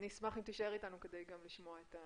אשמח שתישאר אתנו כדי לשמוע את התשובה.